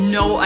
no